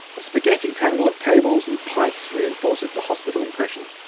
a spaghetti tangle of cables and pipes reinforces the hospital impression.